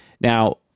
Now